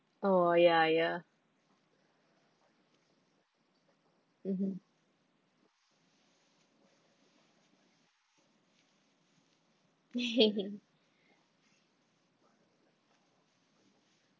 oh ya ya mmhmm